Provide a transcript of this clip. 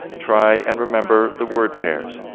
try and remember the word pairs.